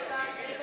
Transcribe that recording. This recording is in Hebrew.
איתן כבל